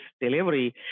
delivery